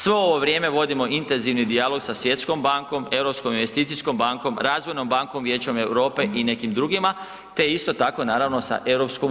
Svo ovo vrijeme vodimo intenzivni dijalog sa Svjetskom bankom, Europskom investicijskom bankom, Razvojnom bankom Vijeća Europe i nekim drugima te isto tako naravno sa EU.